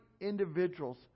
individuals